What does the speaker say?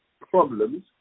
problems